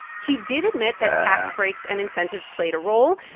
he did admit that tax breaks and incentives played a role.